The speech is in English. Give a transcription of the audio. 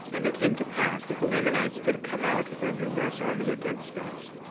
and it came to pass that the lamanites did come out with their numerous army against us.